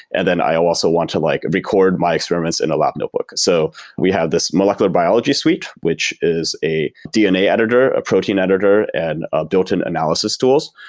and then i also want to like record my experiments in a lab notebook. so we we have this molecular biology suite, which is a dna editor, a protein editor and built-in analysis tools,